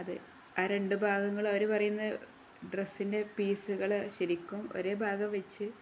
അത് ആ രണ്ട് ഭാഗങ്ങള് അവര് പറയുന്ന ഡ്രസ്സിൻ്റെ പീസുകള് ശരിക്കും ഒരേ ഭാഗം വെച്ച്